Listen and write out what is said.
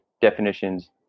definitions